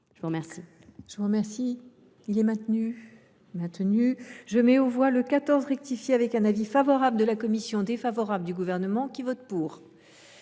de vous remercier